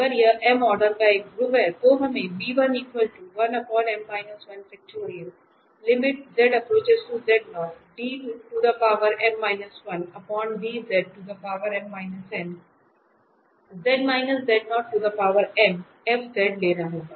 अगर यह m order का एक ध्रुव है तो हमें लेना होगा